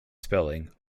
spelling